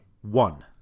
One